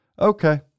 Okay